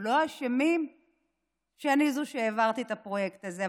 הם לא אשמים שאני זו שהעברתי את הפרויקט הזה.